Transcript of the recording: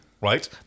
Right